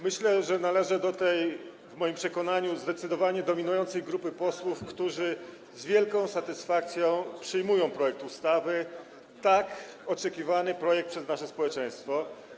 Myślę, że należę do tej, w moim przekonaniu, zdecydowanie dominującej grupy posłów, którzy z wielką satysfakcją przyjmują projekt ustawy tak oczekiwany przez nasze społeczeństwo.